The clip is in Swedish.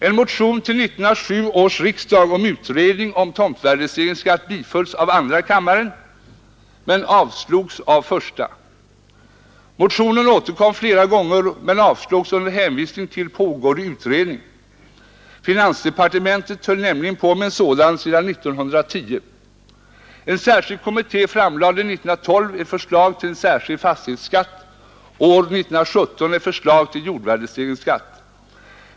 En motion till 1907 års riksdag om utredning om tomtvärdestegringsskatt bifölls av andra kammaren, men avslogs av första. Motionen återkom flera gånger men avslogs under hänvisning till pågående utredning. Finansdepartementet höll nämligen på med en sådan sedan 1910. En särskild kommitté avlämnade 1912 ett förslag till en särskild fastighetsskatt och år 1917 ett förslag till jordvärdestegringsskatt.